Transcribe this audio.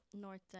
North